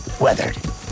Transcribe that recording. weathered